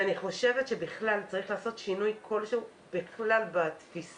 אני חושבת שבכלל צריך לעשות שינוי כלשהו בתפיסה